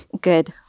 good